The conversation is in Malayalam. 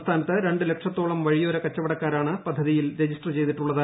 സംസ്ഥാനത്ത് രണ്ടു ലക്ഷത്തോളം വഴിയോര കച്ചവടക്കാരാണ് പദ്ധതിയിൽ രജിസ്റ്റർ ചെയ്തിട്ടുള്ളത്